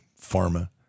pharma